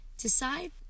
Decide